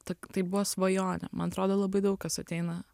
tai tai buvo svajonė man atrodo labai daug kas ateina